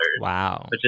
Wow